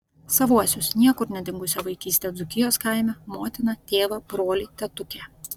savuosius niekur nedingusią vaikystę dzūkijos kaime motiną tėvą brolį tetukę